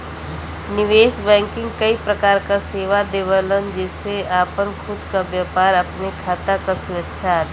निवेश बैंकिंग कई प्रकार क सेवा देवलन जेसे आपन खुद क व्यापार, अपने खाता क सुरक्षा आदि